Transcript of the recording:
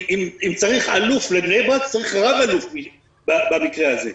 אם צריך אלוף לבני ברק, צריך רב-אלוף במקרה הזה.